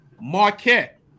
Marquette